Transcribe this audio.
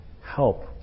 help